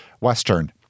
Western